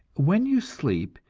when you sleep,